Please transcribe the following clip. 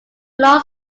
law